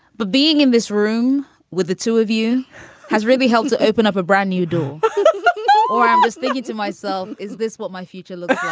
but being in this room with the two of you has really helped to open up a brand new door or i'm just thinking to myself, is this what my future looks,